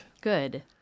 Good